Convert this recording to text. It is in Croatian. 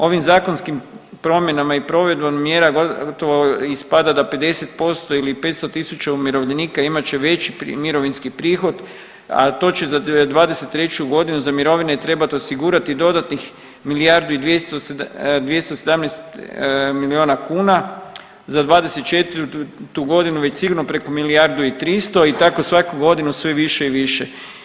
Ovim zakonskim promjenama i provedbom mjera gotovo ispada da 50% ili 500 000 umirovljenika imat će veći mirovinski prihod a to će za 2023. godinu za mirovine trebati osigurati dodatnih milijardu i 217 milijuna kuna, za 2024. godinu već sigurno preko milijardu i 300 i tako svaku godinu sve više i više.